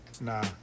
Nah